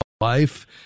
life